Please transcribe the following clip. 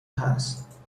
هست